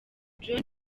john